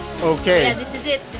Okay